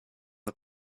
the